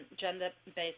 gender-based